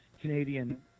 Canadian